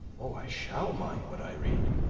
oh, i shall mind what i read!